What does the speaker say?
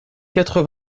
quatre